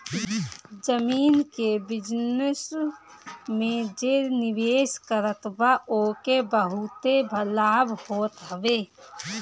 जमीन के बिजनस में जे निवेश करत बा ओके बहुते लाभ होत हवे